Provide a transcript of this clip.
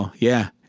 yeah.